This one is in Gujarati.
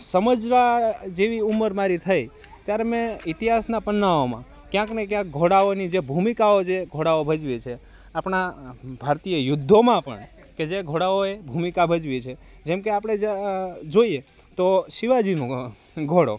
સમજવા જેવી ઉંમર મારી થઈ ત્યારે મેં ઇતિહાસના પાનાઓમાં ક્યાંકને ક્યાંક ઘોડાઓની જે ભૂમિકાઓ જે ઘોડાઓ ભજવી છે આપણાં ભારતીય યુદ્ધોમાં પણ કહે જે ઘોડાઓએ ભૂમિકા ભજવી છે જેમકે આપણે જ જોઈએ તો શિવાજીનું ઘોડો